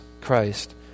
christ